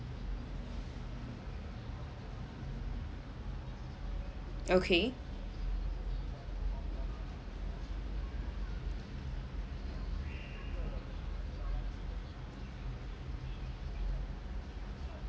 okay